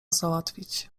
załatwić